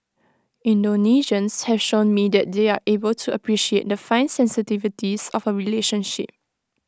Indonesians have shown me that they are able to appreciate the fine sensitivities of A relationship